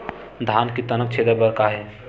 धान के तनक छेदा बर का हे?